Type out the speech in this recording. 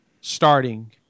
starting